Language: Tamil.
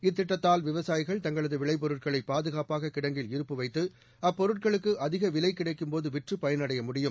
இத்திட்டத்தால் விவசாயிகள் தங்களது விளைபொருட்களை பாதுகாட்டாக கிடங்கில் இருப்பு வைத்து அப்பொருட்களுக்கு அதிக விலை கிடைக்கும்போது விற்று பயனடைய முடியும்